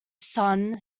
sun